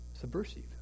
subversive